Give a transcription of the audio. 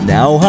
Now